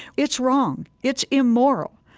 it's wrong. it's immoral.